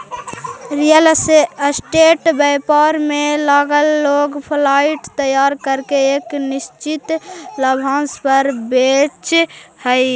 real estate व्यापार में लगल लोग फ्लाइट तैयार करके एक निश्चित लाभांश पर बेचऽ हथी